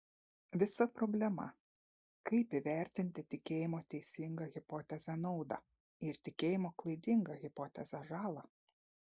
visa problema kaip įvertinti tikėjimo teisinga hipoteze naudą ir tikėjimo klaidinga hipoteze žalą